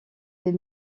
des